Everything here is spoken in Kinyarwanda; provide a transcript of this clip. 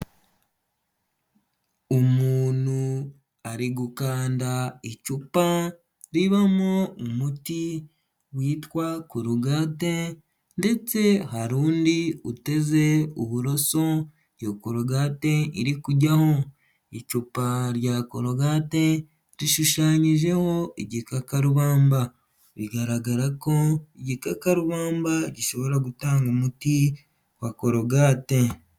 Umuntu ari gukanda icupa, ribamo umuti witwa korogate, ndetse hari undi uteze uburoso. iyo korogate iri kujyaho. Icupa rya corogate rishushanyijeho igikakarubamba. Bigaragara ko igikakarubamba gishobora gutanga umuti wa korogate.